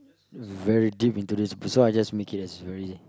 very deep into this so I'll just make it as very